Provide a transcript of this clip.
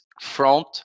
front